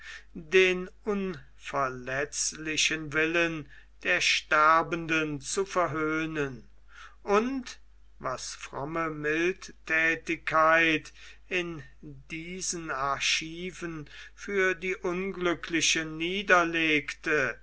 den unverletzlichen willen der sterbenden zu verhöhnen und was fromme mildthätigkeit in diesen archiven für die unglücklichen niederlegte